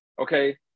okay